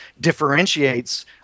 differentiates